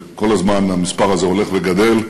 וכל הזמן המספר הזה הולך וגדל,